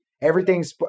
Everything's